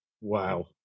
Wow